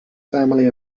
family